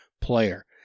player